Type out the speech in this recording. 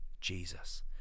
Jesus